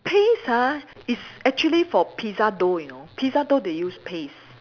paste ah is actually for pizza dough you know pizza dough they use paste